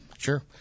Sure